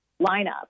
lineup